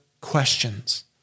questions